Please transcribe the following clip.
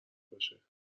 باشه